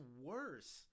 worse